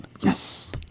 yes